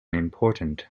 important